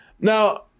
Now